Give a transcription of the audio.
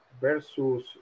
versus